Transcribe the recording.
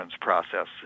process